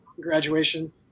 graduation